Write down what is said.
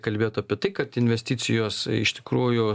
kalbėjot apie tai kad investicijos iš tikrųjų